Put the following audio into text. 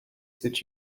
that